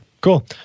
Cool